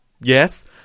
Yes